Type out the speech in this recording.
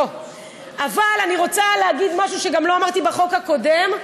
אני רוצה להגיד משהו שלא אמרתי בחוק הקודם.